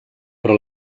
però